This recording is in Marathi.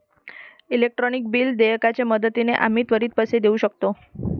इलेक्ट्रॉनिक बिल देयकाच्या मदतीने आम्ही त्वरित पैसे देऊ शकतो